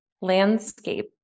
landscape